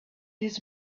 his